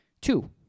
Two